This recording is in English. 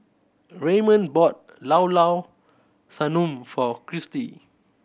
Raymond bought Llao Llao Sanum for Kristi